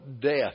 death